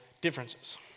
differences